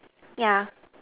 yeah